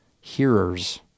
hearers